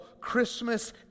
Christmas